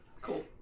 Cool